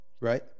right